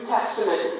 Testament